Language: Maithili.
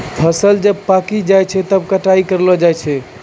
फसल जब पाक्की जाय छै तबै कटाई करलो जाय छै